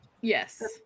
Yes